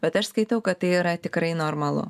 bet aš skaitau kad tai yra tikrai normalu